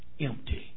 empty